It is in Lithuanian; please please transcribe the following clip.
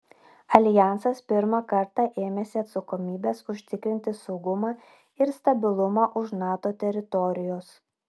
aljansas pirmą kartą ėmėsi atsakomybės užtikrinti saugumą ir stabilumą už nato teritorijos